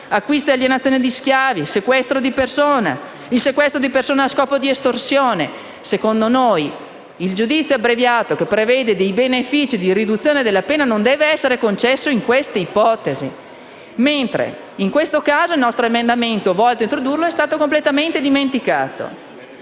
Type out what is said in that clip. l'acquisto e l'alienazione di schiavi, il sequestro di persona a scopo di estorsione. Secondo noi il giudizio abbreviato, che prevede dei benefici di riduzione della pena, non deve essere concesso in queste ipotesi. In questo caso, il nostro emendamento, volto a introdurre tale previsione, è stato completamente dimenticato.